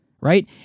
Right